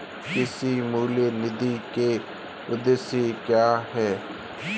कृषि मूल्य नीति के उद्देश्य क्या है?